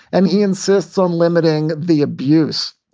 and he insists on limiting the abuse.